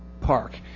park